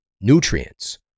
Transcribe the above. nutrients